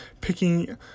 picking